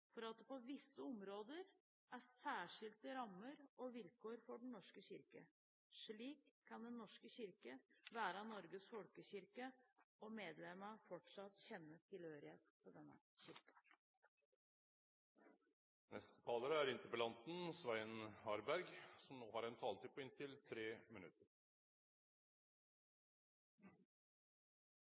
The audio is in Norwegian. for at det på visse områder er særskilte rammer og vilkår for Den norske kirke. Slik kan Den norske kirke være Norges folkekirke og medlemmene fortsatt kjenne tilhørighet til denne kirken. Takk til statsråden for svaret og for gjennomgåelsen, som